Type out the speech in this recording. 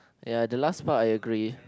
ya the last part I agree